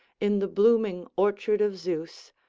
in the blooming orchard of zeus,